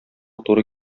туры